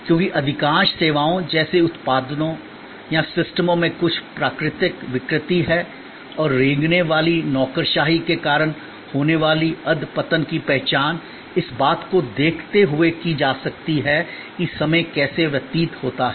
क्योंकि अधिकांश सेवाओं जैसे उत्पादों या सिस्टमों में कुछ प्राकृतिक विकृति है और रेंगने वाली नौकरशाही के कारण होने वाली अध पतन की पहचान इस बात को देखते हुए की जा सकती है कि समय कैसे व्यतीत होता है